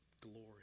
glory